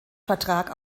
vertrag